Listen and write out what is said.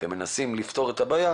ומנסים לפתור את הבעיה